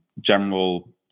general